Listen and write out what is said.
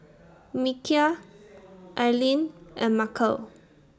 Michial Aileen and Markel